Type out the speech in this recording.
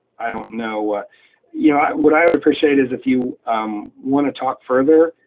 i don't know what. yeah what i would appreciate is if you um wanna talk further,